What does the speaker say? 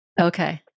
Okay